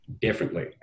differently